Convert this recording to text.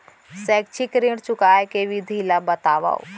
शैक्षिक ऋण चुकाए के विधि ला बतावव